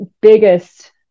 biggest